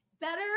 Better